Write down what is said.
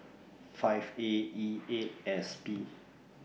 five A E eight S P